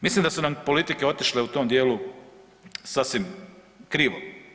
Mislim da su nam politike otišle u tom dijelu sasvim krivo.